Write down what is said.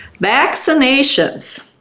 Vaccinations